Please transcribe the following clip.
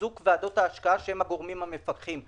חיזוק ועדות ההשקעה שהם הגורמים המפקחים.